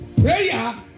Prayer